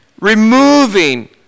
removing